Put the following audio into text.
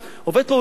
עובד פה במסעדה,